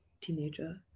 teenager